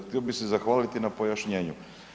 Htio bih se zahvaliti na pojašnjenju.